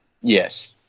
Yes